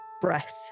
breath